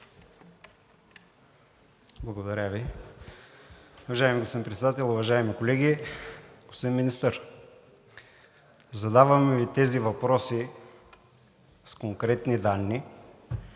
Благодаря Ви. Уважаеми господин председател, уважаеми колеги! Господин Министър, задаваме Ви тези въпроси с конкретни данни,